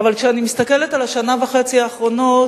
אבל כשאני מסתכלת על השנה וחצי האחרונות